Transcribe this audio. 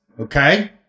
okay